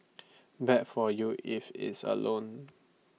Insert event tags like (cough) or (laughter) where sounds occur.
(noise) bad for you if it's A loan